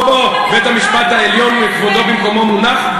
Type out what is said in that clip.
בוא, בוא, בית-המשפט העליון כבודו במקומו מונח.